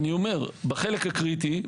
בחלק הקריטי,